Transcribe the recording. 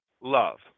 love